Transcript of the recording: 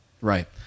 Right